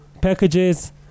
packages